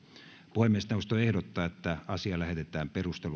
puhemiesneuvosto ehdottaa että asia lähetetään